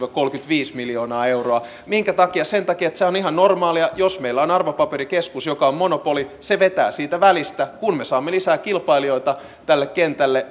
viiva kolmekymmentäviisi miljoonaa euroa minkä takia sen takia että se on ihan normaalia jos meillä on arvopaperikeskus joka on monopoli se vetää siitä välistä kun me saamme lisää kilpailijoita tälle kentälle